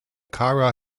kara